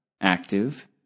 active